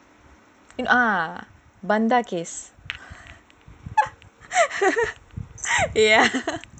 ah ganja case